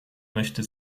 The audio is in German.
möchte